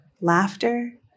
laughter